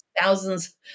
thousands